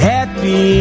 Happy